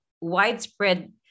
widespread